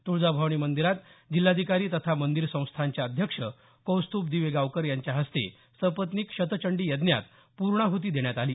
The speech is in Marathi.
तुळजाभवानी मंदिरात जिल्हाधिकारी तथा मंदिर संस्थानचे अध्यक्ष कौस्तूभ दिवेगावकर यांच्या हस्ते सपत्नीक शतचंडी यज्ञात पूर्णाहुती देण्यात आली